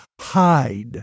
hide